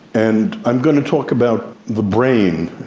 and i'm going to talk about the brain